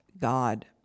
God